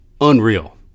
unreal